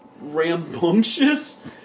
rambunctious